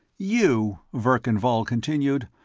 you, verkan vall continued,